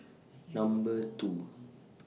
Number two